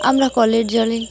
আমরা কলের জলে